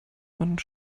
und